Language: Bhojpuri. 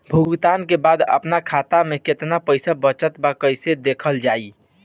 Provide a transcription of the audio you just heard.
भुगतान के बाद आपन खाता में केतना पैसा बचल ब कइसे देखल जाइ?